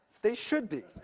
they should be.